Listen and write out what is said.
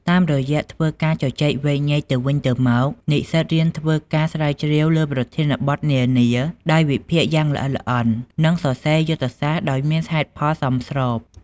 តាមរយៈធ្វើការជជែកវែកញែកទៅវិញទៅមក និស្សិតរៀនធ្វើការស្រាវជ្រាវលើប្រធានបទនានាដោយវិភាគយ៉ាងល្អិតល្អន់ និងសរសេរយុទ្ធសាស្ត្រដោយមានហេតុផលសមស្រប។